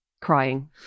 crying